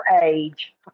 age